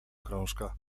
krążka